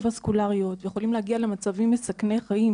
וסקולריות והם יכולים להגיע למצבים מסכני חיים,